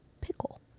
pickle